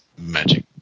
magic